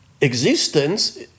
Existence